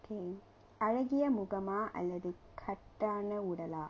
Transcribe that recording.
K அழகிய முகமா அல்லது கட்டான உடலா:alagiya mugamaa allathu kattaana udalaa